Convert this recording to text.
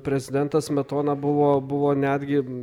prezidentas smetona buvo buvo netgi